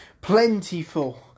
plentiful